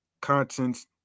Contents